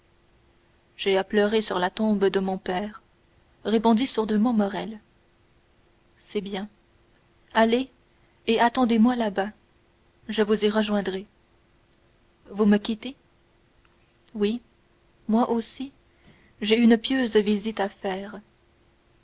j'ai à pleurer sur la tombe de mon père répondit sourdement morrel c'est bien allez et attendez-moi là-bas je vous y rejoindrai vous me quittez oui moi aussi j'ai une pieuse visite à faire